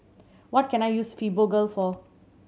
what can I use Fibogel for